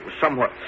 somewhat